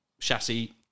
chassis